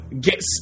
Get